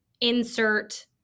insert